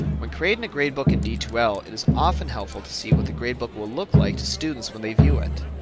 when creating a gradebook in d two l it is often helpful to see what the gradebook will look like to students when they view it.